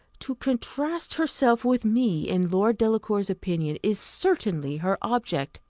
to contrast herself with me in lord delacour's opinion is certainly her object